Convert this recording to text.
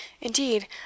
indeed